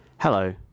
Hello